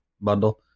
Bundle